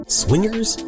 swingers